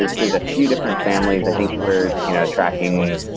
there's a few different families. i think we're you know tracking,